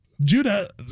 judah